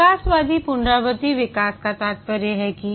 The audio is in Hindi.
विकासवादी पुनरावृत्ति विकास का तात्पर्य है कि